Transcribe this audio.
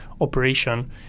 operation